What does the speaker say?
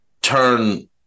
turn